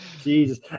Jesus